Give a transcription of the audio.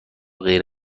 غیر